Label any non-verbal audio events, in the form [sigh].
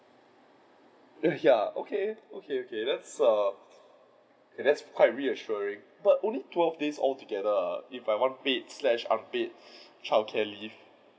[laughs] ya okay okay okay that's err that's quite reassuring but only twelve days all together err if I want paid slash unpaid child care leave